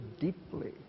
deeply